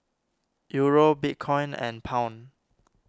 Euro Bitcoin and Pound